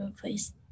please